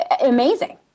amazing